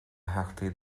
theachtaí